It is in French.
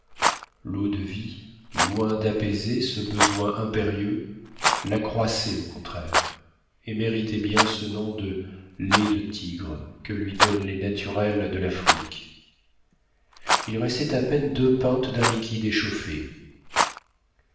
l'eau-de-vie loin d'apaiser ce besoin impérieux l'accroissait au contraire et méritait bien ce nom de lait de tigres que lui donnent les naturels de l'afrique il restait à peine deux pintes d'un liquide échauffé